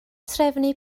trefnu